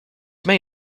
may